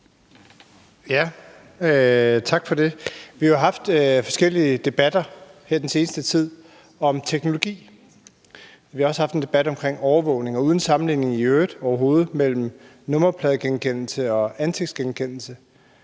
(S): Tak for det. Vi har jo haft forskellige debatter om teknologi her den seneste tid, og vi har også haft en debat om overvågning. Og uden overhovedet sammenligning i øvrigt mellem nummerpladegenkendelse og ansigtsgenkendelse